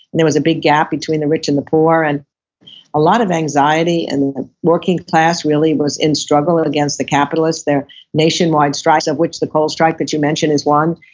there was a big gap between the rich and the poor, and a lot of anxiety and the working class really was in struggle against the capitalists their nationwide strikes of which the coal strike that you mentioned is one.